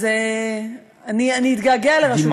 אז אני אתגעגע לרשות השידור.